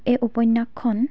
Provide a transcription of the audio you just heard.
এই উপন্যাসখন